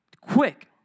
quick